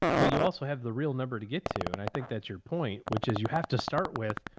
but you also have the real number to get to. and i think that's your point, which is you have to start with,